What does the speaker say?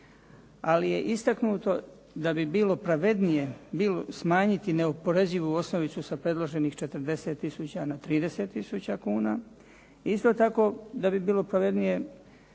Ali je istaknuto da bi bilo pravednije smanjiti neoporezivu osnovicu sa predloženih 40000 na 30000 kuna. Isto tako da bi bilo pravednije